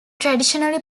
traditionally